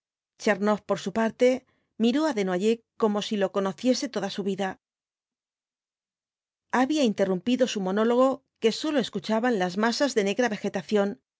tchernoff por su parte miró á desnoyers como si lo conociese toda su vida había interrumpido su monólogo que sólo escuchaban las masas de negra vegetación